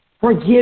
Forgive